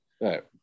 Right